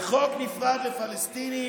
וחוק נפרד לפלסטינים,